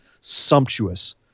sumptuous